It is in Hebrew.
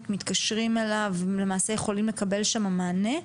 ברשת מתקשרים אליו ויכולים לקבל שם מענה?